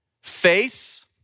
face